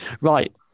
Right